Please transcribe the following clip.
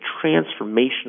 transformation